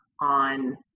on